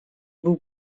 był